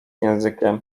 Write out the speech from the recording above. językiem